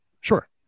Sure